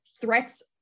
threats